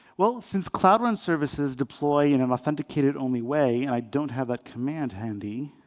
well, since cloud run services deploy in an authenticated only way, and i don't have that command handy,